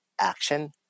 action